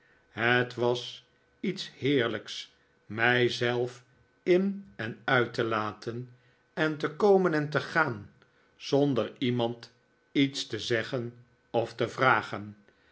het was iets heerlijks mij zelf inen uit te laten en te komen en te gaan zonder iemand iets te zeggen of te vragen